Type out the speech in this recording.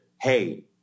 Hey